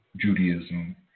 Judaism